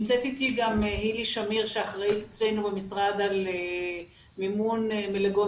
נמצאת איתי גם הילי שמיר שאחראית אצלנו במשרד על מימון מלגות